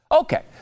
Okay